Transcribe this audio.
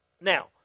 Now